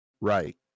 Right